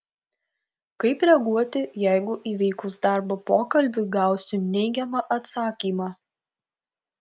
kaip reaguoti jeigu įvykus darbo pokalbiui gausiu neigiamą atsakymą